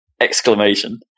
exclamation